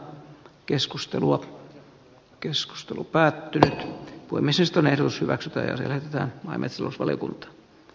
keskustelua keskustelu päättyi uimisesta nerous hyväksyttäisiin että messut valiokunta